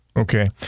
Okay